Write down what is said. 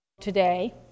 today